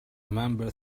member